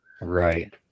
right